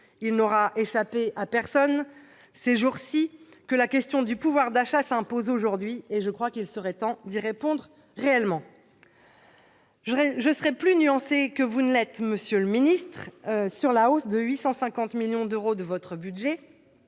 Il n'aura échappé à personne, ces jours-ci, que la question du pouvoir d'achat s'impose ... Il serait temps d'y répondre réellement ! Je serai plus nuancée que vous ne l'êtes, monsieur le ministre, sur la hausse de 850 millions d'euros de votre budget